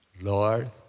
Lord